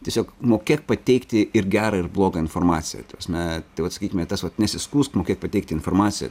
tiesiog mokėk pateikti ir gerą ir blogą informaciją ta prasme tai vat sakykime tas vat nesiskųsk mokėk pateikti informaciją